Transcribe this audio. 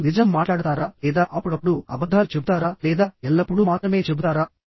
మీరు నిజం మాట్లాడతారా లేదా అప్పుడప్పుడు అబద్ధాలు చెబుతారా లేదా ఎల్లప్పుడూ మాత్రమే చెబుతారా